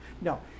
No